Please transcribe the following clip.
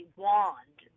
wand